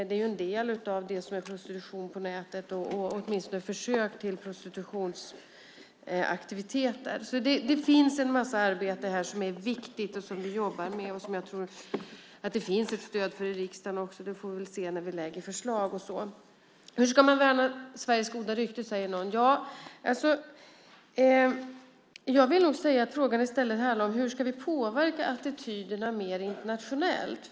Det är ju en del av det som är prostitution på nätet och åtminstone försök till prostitutionsaktiviteter. Det finns alltså en massa arbete här som är viktigt och som vi jobbar med och som jag tror att det finns ett stöd för i riksdagen också - det får vi väl se när vi lägger fram förslag och så. Hur ska man värna Sveriges goda rykte? frågar någon. Jag vill nog säga att frågan i stället handlar om hur vi ska påverka attityderna mer internationellt.